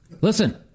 Listen